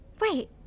Wait